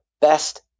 best